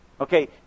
Okay